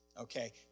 Okay